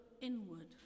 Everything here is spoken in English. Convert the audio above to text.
inward